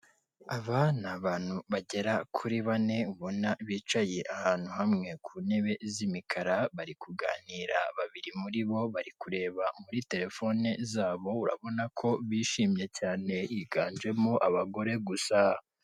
Aba ni abantu bagera kuri bane ubona bicaye ahantu hamwe ku ntebe z'imikara, bari kuganira babiri muri bo bari kureba muri terefone zabo urabona ko bishimye cyane, biganjemo abagore gusa.